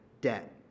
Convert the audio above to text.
debt